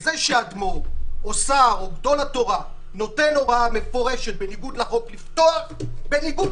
זה שאדמו"ר או שר או גדול תורה נותן הוראה מפורשת לפתוח בניגוד